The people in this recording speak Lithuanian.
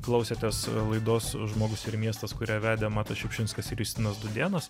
klausėtės laidos žmogus ir miestas kurią vedė matas šiupšinskas ir justinas dudėnas